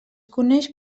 coneix